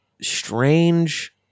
strange